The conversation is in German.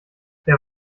der